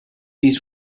this